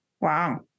Wow